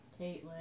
Caitlin